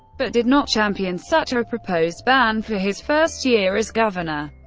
but did not champion such a proposed ban for his first year as governor.